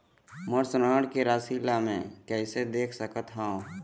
मोर ऋण के राशि ला म कैसे देख सकत हव?